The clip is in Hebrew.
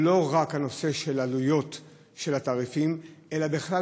שלא רק הנושא של עלויות של התעריפים אלא בכלל